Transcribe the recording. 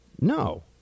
No